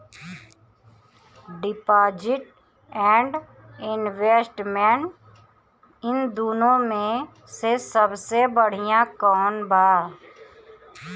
Deposit and investment इन दुनो मे से सबसे बड़िया कौन बा?